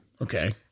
Okay